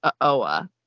Oa